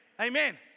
amen